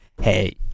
hey